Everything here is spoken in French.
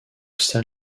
san